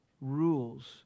rules